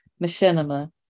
machinima